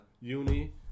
uni